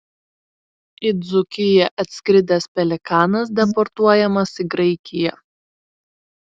į dzūkiją atskridęs pelikanas deportuojamas į graikiją